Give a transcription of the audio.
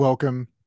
Welcome